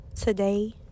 today